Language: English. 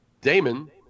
Damon